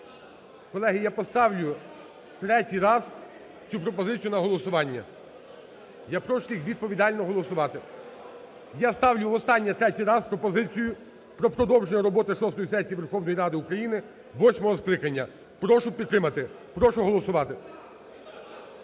Колеги, я поставлю третій раз цю пропозицію на голосування, я прошу всіх відповідально голосувати. Я ставлю останній, третій раз пропозицію про продовження роботи шостої сесії Верховної Ради України восьмого скликання. Прошу підтримати, прошу голосувати.